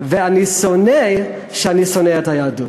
ואני שונא שאני שונא את היהדות.